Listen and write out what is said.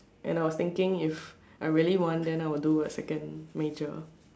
and I was thinking if I really want then I'll do a second major